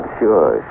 sure